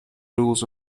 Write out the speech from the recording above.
rules